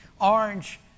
orange